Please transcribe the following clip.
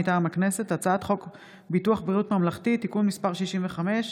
מטעם הכנסת: הצעת חוק ביטוח בריאות ממלכתי (תיקון מס' 65)